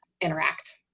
interact